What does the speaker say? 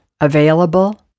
available